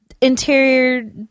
Interior